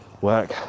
work